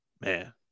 Man